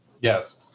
Yes